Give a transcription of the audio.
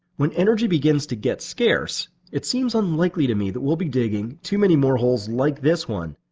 when energy begins to get scarce, it seems unlikely to me that we'll be digging too many more holes like this one,